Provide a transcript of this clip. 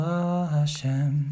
HaShem